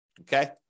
Okay